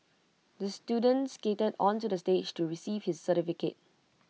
the student skated onto the stage to receive his certificate